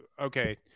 Okay